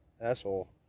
asshole